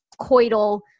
coital